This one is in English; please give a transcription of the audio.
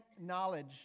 knowledge